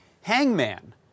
Hangman